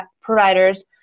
providers